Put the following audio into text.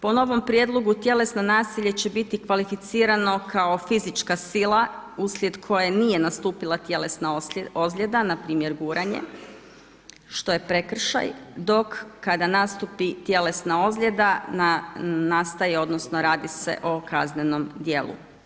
Po novom prijedlogu tjelesno nasilje će biti kvalificirano kao fizička sila uslijed koje nije nastupila tjelesna ozljeda, npr. guranje što je prekršaj, dok kada nastupi tjelesna ozljeda nastaje odnosno radi se o kaznenom djelu.